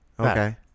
Okay